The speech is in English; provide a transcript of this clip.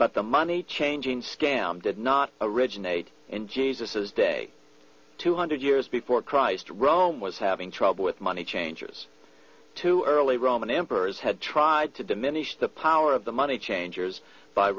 but the money changing scam did not originate in jesus's day two hundred years before christ rome was having trouble with money changers too early roman emperors had tried to diminish the power of the money changers by